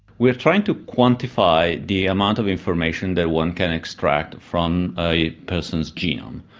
we're trying to quantify the amount of information that one can extract from a person's genome.